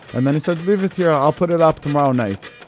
and then he said, leave it here, i'll put it up tomorrow night.